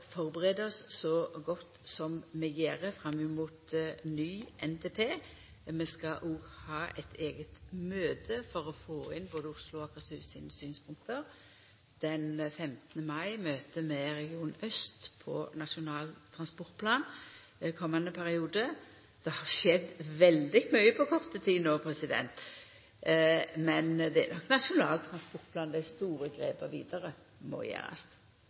så godt som vi gjer fram imot ny NTP. Vi skal òg ha eit eige møte for å få inn både Oslo og Akershus sine synspunkt. Den 15. mai skal vi ha eit møte med Region øst om Nasjonal transportplan for komande periode. Det har skjedd veldig mykje på kort tid no, men det er nok i Nasjonal transportplan dei store grepa vidare må